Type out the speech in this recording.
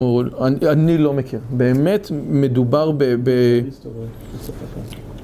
אני לא מכיר. באמת מדובר ב...